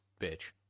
bitch